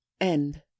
End